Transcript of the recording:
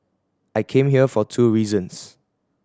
I came here for two reasons